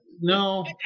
no